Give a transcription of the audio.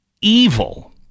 evil